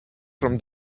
from